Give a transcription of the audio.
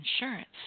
insurance